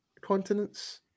continents